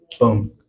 boom